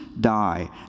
die